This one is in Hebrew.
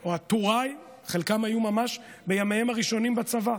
או הטוראי, חלקם היו ממש בימיהם הראשונים בצבא.